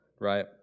right